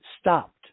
stopped